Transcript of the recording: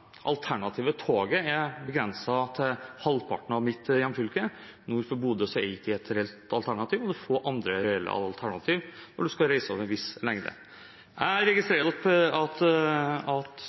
er begrenset til halvparten av mitt hjemfylke. Nord for Bodø er ikke det et reelt alternativ, og det er få andre reelle alternativer når man skal reise over en viss avstand. Jeg registrerer at